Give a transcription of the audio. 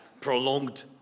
prolonged